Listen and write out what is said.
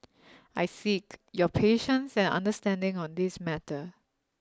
I seek your patience and understanding on this matter